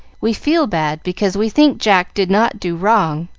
we feel bad, because we think jack did not do wrong.